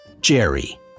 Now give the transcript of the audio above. Jerry